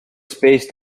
spaced